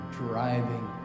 driving